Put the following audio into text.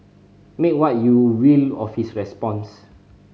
make what you will of his response